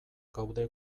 gaude